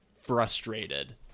frustrated